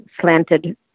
slanted